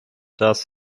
das